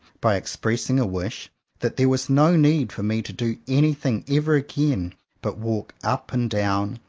by expressing a wish that there was no need for me to do anything ever again but walk up and down,